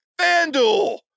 FanDuel